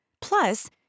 Plus